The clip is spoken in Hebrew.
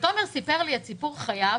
תומר סיפר לי את סיפור חייו